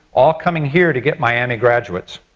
all coming here to get miami graduates.